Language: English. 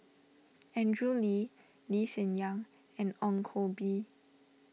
Andrew Lee Lee Hsien Yang and Ong Koh Bee